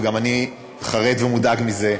וגם אני חרד ומודאג מזה.